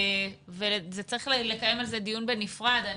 צריך לקיים על זה דיון בנפרד.